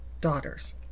daughters